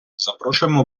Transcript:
запрошуємо